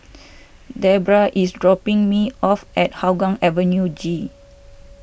Debra is dropping me off at Hougang Avenue G